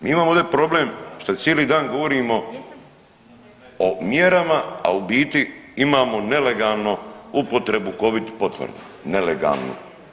Mi imamo ovdje problem što cijeli dan govorimo o mjerama, a u biti imamo nelegalnu upotrebu covid potvrda nelegalnu.